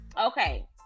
Okay